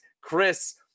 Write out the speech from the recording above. Chris